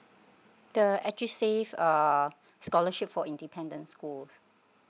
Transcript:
the edusave err scholarship for independent school